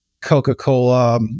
Coca-Cola